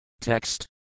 Text